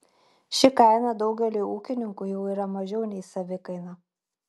ši kaina daugeliui ūkininkų jau yra mažiau nei savikaina